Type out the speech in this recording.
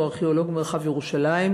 שהוא ארכיאולוג מרחב ירושלים,